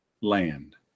land